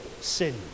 sin